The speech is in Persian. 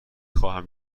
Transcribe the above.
خواهم